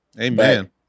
amen